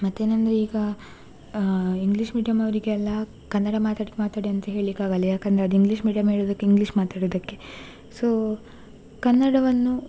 ಮತ್ತೇನಂದರೆ ಈಗ ಇಂಗ್ಲೀಷ್ ಮೀಡಿಯಮ್ಮವರಿಗೆಲ್ಲಾ ಕನ್ನಡ ಮಾತಾಡಿ ಮಾತಾಡಿ ಅಂತ ಹೇಳ್ಲಿಕ್ಕೆ ಆಗಲ್ಲ ಯಾಕಂದರೆ ಅದು ಇಂಗ್ಲೀಷ್ ಮೀಡಿಯಮ್ ಹೇಳುವುದಕ್ಕೆ ಇಂಗ್ಲೀಷ್ ಮಾತಾಡುವುದಕ್ಕೆ ಸೋ ಕನ್ನಡವನ್ನು